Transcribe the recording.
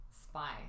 spy